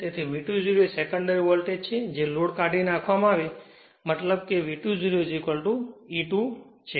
તેથી V2 0 એ secondary voltage છે જ્યારે લોડ કાઢી નાખવામાં આવે છે મતલબ કે V2 0 E2 છે